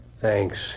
Thanks